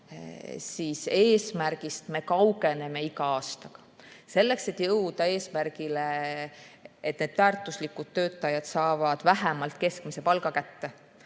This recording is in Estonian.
siis eesmärgist me kaugeneme iga aastaga. Selleks et jõuda eesmärgini, et need väärtuslikud töötajad saavad vähemalt keskmise palga kätte,